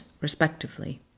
respectively